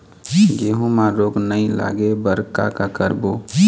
गेहूं म रोग नई लागे बर का का करबो?